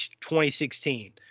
2016